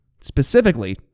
specifically